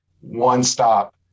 one-stop